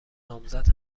نامزد